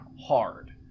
hard